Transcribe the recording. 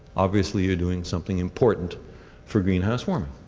obviously you're doing something important for greenhouse warming.